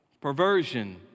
perversion